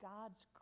God's